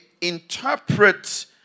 interpret